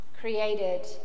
created